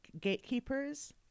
Gatekeepers